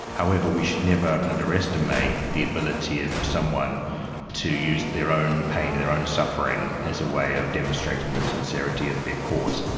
however, we should never underestimate the ability of someone to use their own pain and their own suffering as a way of demonstrating the sincerity of their cause.